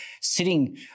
sitting